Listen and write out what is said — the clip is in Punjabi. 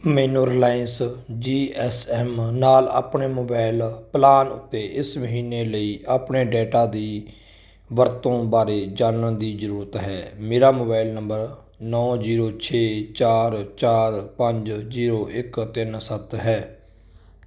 ਮੈਨੂੰ ਰਿਲਾਇੰਸ ਜੀ ਐੱਸ ਐੱਮ ਨਾਲ ਆਪਣੇ ਮੋਬਾਈਲ ਪਲਾਨ ਉੱਤੇ ਇਸ ਮਹੀਨੇ ਲਈ ਆਪਣੇ ਡੇਟਾ ਦੀ ਵਰਤੋਂ ਬਾਰੇ ਜਾਣਨ ਦੀ ਜ਼ਰੂਰਤ ਹੈ ਮੇਰਾ ਮੋਬਾਈਲ ਨੰਬਰ ਨੌਂ ਜ਼ੀਰੋ ਛੇ ਚਾਰ ਚਾਰ ਪੰਜ ਜ਼ੀਰੋ ਇੱਕ ਤਿੰਨ ਸੱਤ ਹੈ